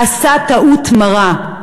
עשה טעות מרה.